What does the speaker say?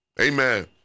amen